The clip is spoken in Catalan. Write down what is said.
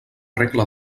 regla